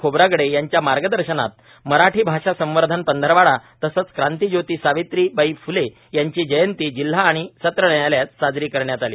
खोब्रागडे यांच्या मार्गदर्शनात मराठी भाषा संवर्धन पंधरवडा तसंच क्रांतिज्योती सावित्रीबाई फ्ले यांची जयंती जिल्हा आणि सत्र न्यायालयात साजरी करण्यात आली